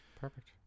Perfect